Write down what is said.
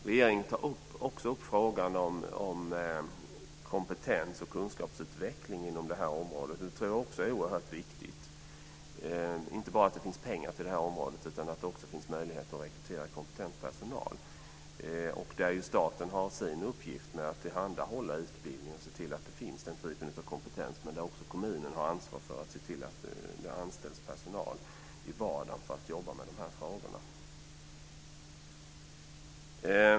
Regeringen tar också upp frågan om kompetensoch kunskapsutveckling inom detta område. Det tror jag också är oerhört viktigt, inte bara att det finns pengar till detta område utan att det också finns möjligheter att rekrytera kompetent personal. Där har staten sin uppgift att tillhandahålla utbildning och se till att det finns den typen av kompetens. Men kommunen har också ansvar för att se till att det anställs personal i vardagen för att jobba med dessa frågor.